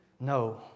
No